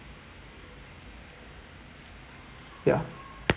ya